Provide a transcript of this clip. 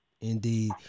Indeed